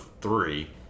three